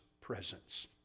presence